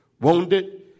wounded